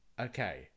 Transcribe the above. okay